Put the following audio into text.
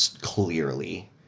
clearly